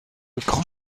grand